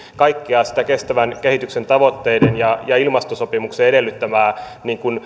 kaikkea sitä kestävän kehityksen tavoitteiden ja ilmastosopimuksen edellyttämää